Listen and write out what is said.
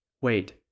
Wait